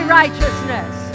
righteousness